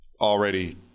already